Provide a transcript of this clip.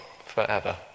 forever